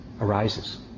arises